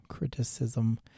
Criticism